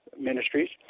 ministries